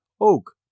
oak